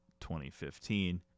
2015